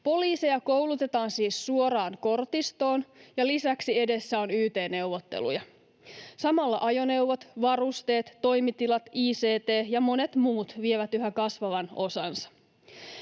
Poliiseja koulutetaan siis suoraan kortistoon, ja lisäksi edessä on yt-neuvotteluja. Samalla ajoneuvot, varusteet, toimitilat, ict ja monet muut vievät yhä kasvavan osansa.